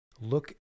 look